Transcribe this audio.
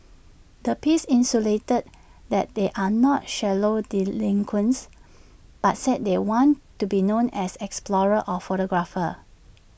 the piece insinuated that they are not shallow delinquents but said they want to be known as explorers or photographers